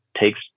takes